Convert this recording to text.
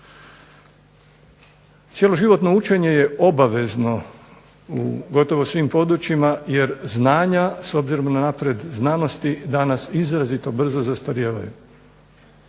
Cjeloživotno učenje je obavezno u gotovo svim područjima jer znanja s obzirom na napredak znanosti danas izrazito brzo zastarijevaju.